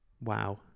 Wow